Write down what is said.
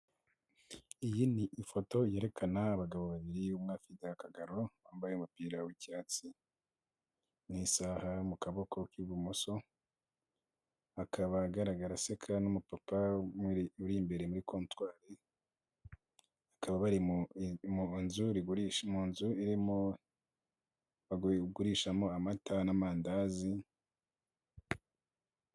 Iyii ni ifoto yerekana abagabo babiri umwe afite akagaro, wambaye umupira w'icyatsi n'isaha mu kaboko k'ibumoso, akaba agaragara aseka n'umupapa uri imbere muri kontwari, bakaba bari mu nzu irimo bagurishamo amata n'amandazi.